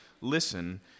listen